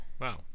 Wow